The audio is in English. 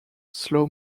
slow